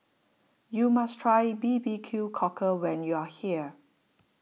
you must try B B Q Cockle when you are here